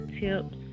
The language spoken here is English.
tips